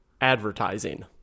advertising